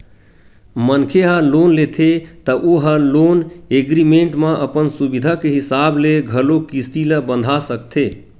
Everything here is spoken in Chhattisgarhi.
मनखे ह लोन लेथे त ओ ह लोन एग्रीमेंट म अपन सुबिधा के हिसाब ले घलोक किस्ती ल बंधा सकथे